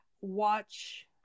watch